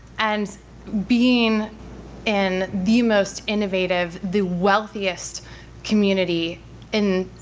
and being in the most innovative, the wealthiest community in,